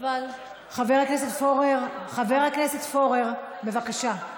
חבר הכנסת פורר, חבר הכנסת פורר, בבקשה.